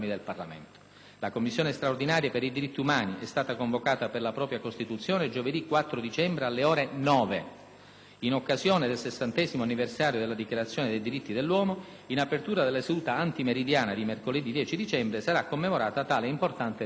La Commissione straordinaria per i diritti umani è stata convocata per la propria costituzione giovedì 4 dicembre, alle ore 9. In occasione del 60° anniversario della Dichiarazione dei diritti dell'uomo, in apertura della seduta antimeridiana di mercoledì 10 dicembre, sarà commemorata tale importante ricorrenza.